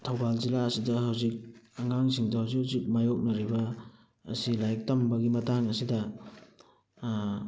ꯊꯧꯕꯥꯜ ꯖꯤꯜꯂꯥ ꯑꯁꯤꯗ ꯍꯧꯖꯤꯛ ꯑꯉꯥꯡꯁꯤꯡꯗ ꯍꯧꯖꯤꯛ ꯍꯧꯖꯤꯛ ꯃꯥꯏꯌꯣꯛꯅꯔꯤꯕ ꯑꯁꯤ ꯂꯥꯏꯔꯤꯛ ꯇꯝꯕꯒꯤ ꯃꯇꯥꯡ ꯑꯁꯤꯗ